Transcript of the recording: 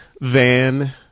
Van